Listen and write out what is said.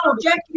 Jackie